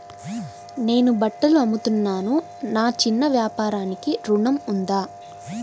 నేను బట్టలు అమ్ముతున్నాను, నా చిన్న వ్యాపారానికి ఋణం ఉందా?